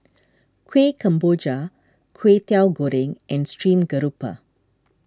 Kuih Kemboja Kway Teow Goreng and Stream Grouper